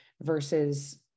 versus